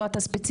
לא אתה ספציפית,